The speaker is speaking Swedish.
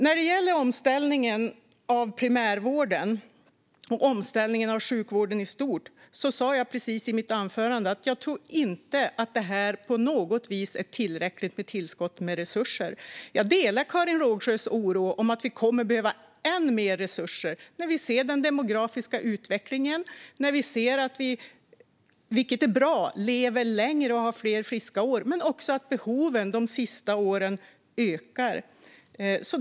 När det gäller omställningen av primärvården och sjukvården i stort sa jag precis i mitt anförande att jag inte tror att detta resurstillskott på något vis är tillräckligt. Jag delar Karin Rågsjös oro och tror också att vi kommer att behöva än mer resurser med tanke på den demografiska utvecklingen och på att vi, vilket är bra, lever längre och har fler friska år men också behov som ökar de sista åren.